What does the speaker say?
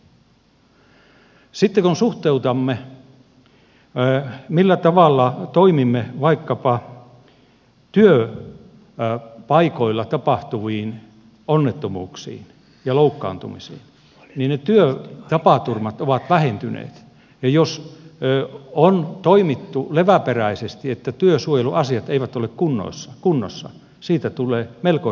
sitten kun suhteutamme rattijuoppouden ja siitä aiheutuvat seuraamukset siihen millä tavalla suhtaudumme vaikkapa työpaikoilla tapahtuviin onnettomuuksiin ja loukkaantumisiin työtapaturmat ovat vähentyneet ja jos on toimittu leväperäisesti niin että työsuojeluasiat eivät ole kunnossa siitä tulee melko